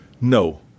No